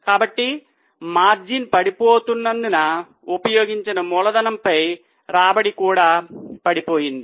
కాబట్టి మార్జిన్లు పడిపోతున్నందున ఉపయోగించిన మూలధనంపై రాబడి కూడా పడిపోయింది